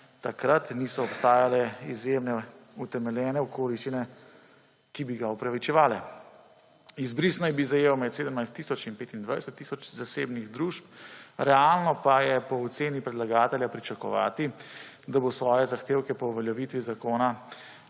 takrat niso obstajale izjemne, utemeljene okoliščine, ki bi ga upravičevale. Izbris naj bi zajel med 17 tisoč in 25 tisoč zasebnih družb, realno pa je po oceni predlagatelja pričakovati, da bo svoje zahtevke po uveljavitvi zakona